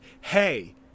hey